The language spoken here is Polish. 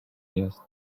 jest